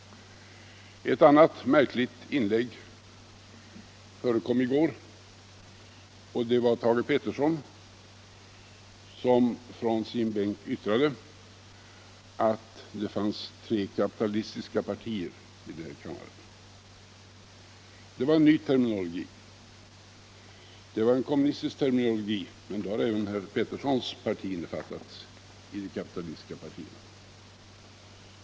Ett annat märkligt inlägg gjordes i debatten i går. Det var Thage Peterson som från sin bänk yttrade att det nu fanns tre kapitalistiska partier här i kammaren. Det var en ny användning av en kommunistisk terminologi — då har även herr Pctersons parti innefattats i uttrycket de kapitalistiska partierna.